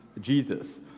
Jesus